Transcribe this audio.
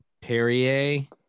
perrier